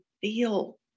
feel